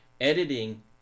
editing